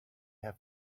have